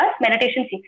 meditation